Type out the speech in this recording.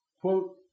Quote